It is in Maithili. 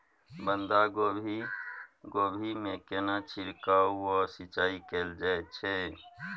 बंधागोभी कोबी मे केना छिरकाव व सिंचाई कैल जाय छै?